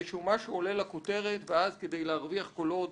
משהו עולה לכותרת ואז כדי להרוויח קולות